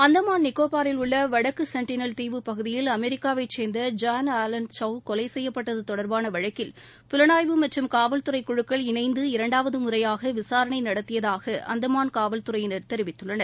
அந்தமான் நிக்கோபரில் உள்ள வடக்கு சென்டினல் தீவு பகுதியில் அமெரிக்காவை சேர்ந்த ஜான் ஆலன் சவ் கொலை செய்யப்பட்டது தொடர்பான வழக்கில் புலனாய்வு மற்றும் காவல்துறை குழுக்கள் இணைந்து இரண்டாவது முறையாக விசாரணை நடத்தியதாக அந்தமான் காவல்துறையினர் தெரிவித்துள்ளனர்